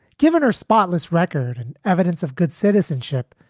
given her spotless record and evidence of good citizenship,